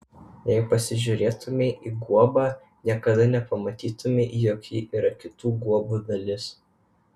jei pasižiūrėtumei į guobą niekada nepamanytumei jog ji yra kitų guobų dalis